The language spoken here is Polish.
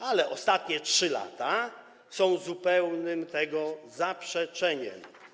Ale ostatnie 3 lata są zupełnym tego zaprzeczeniem.